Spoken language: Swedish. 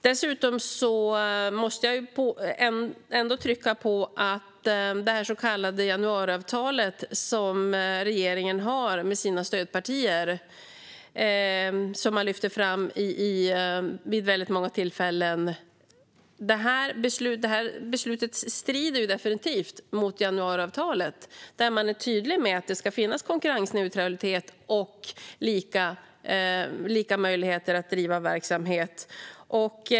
Dessutom måste jag trycka på det så kallade januariavtalet, som regeringen har ingått med sina stödpartier och som man lyfter fram vid många tillfällen. Detta beslut strider definitivt mot januariavtalet, där man är tydlig med att det ska finnas konkurrensneutralitet och lika möjligheter att driva verksamhet.